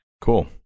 Cool